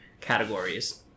categories